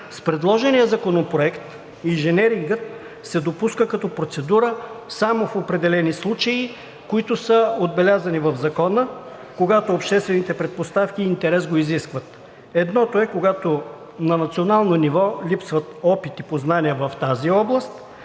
С предложения Законопроект инженерингът се допуска като процедура само в определени случаи, които са отбелязани в Закона, когато обществените предпоставки и интерес го изискват. Едното е, когато на национално ниво липсват опит и познания в тази област,